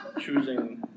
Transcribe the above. Choosing